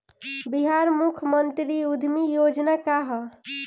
बिहार मुख्यमंत्री उद्यमी योजना का है?